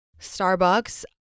Starbucks